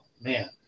man